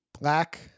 Black